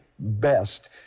best